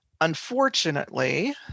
Unfortunately